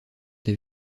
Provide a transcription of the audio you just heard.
des